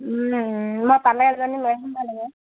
মই পালে এজনী লৈ